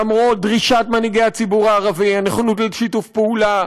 למרות דרישת מנהיגי הציבור הערבי ונכונות לשיתוף פעולה.